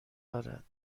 دارد